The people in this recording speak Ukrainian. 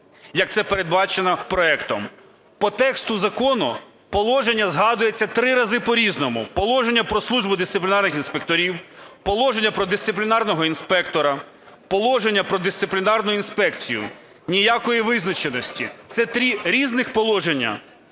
як це передбачено проектом. По тексту закону положення згадується три рази по-різному: положення про службу дисциплінарних інспекторів, положення про дисциплінарного інспектора, положення про дисциплінарну інспекцію. Ніякої визначеності: це три різних положення